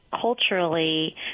culturally